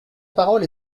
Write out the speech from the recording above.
parole